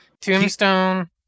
Tombstone